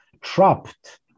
trapped